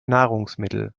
nahrungsmittel